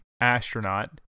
astronaut